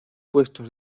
puestos